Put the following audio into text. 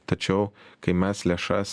tačiau kai mes lėšas